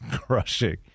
crushing